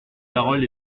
parole